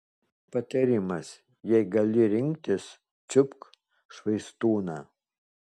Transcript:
patarimas jei gali rinktis čiupk švaistūną